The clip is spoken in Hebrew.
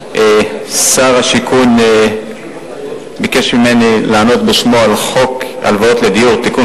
שר השיכון ביקש ממני לענות בשמו על חוק הלוואות לדיור (תיקון,